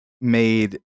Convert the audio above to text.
made